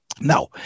now